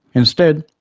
instead,